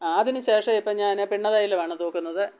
അതിന് ശേഷം ഇപ്പം ഞാൻ പിണ്ണ തൈലമാണ് തൂക്കുന്നത്